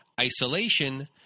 isolation